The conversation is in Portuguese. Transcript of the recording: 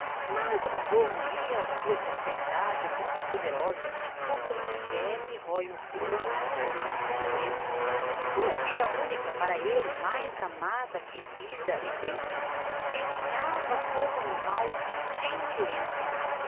mas uma dor roía a sua prosperidade muito poderosa como um verme rói um fruto muito suculento sua filha única para ele mais amada que vida ou bens definhava com um mal subtil e lento